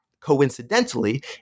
coincidentally